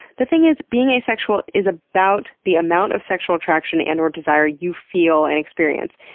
the thing is, being asexual is about the amount of sexual attraction and or desire you feel and experience.